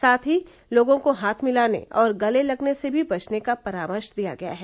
साथ ही लोगों को हाथ मिलाने और गले लगने से भी बचने का परामर्श दिया गया है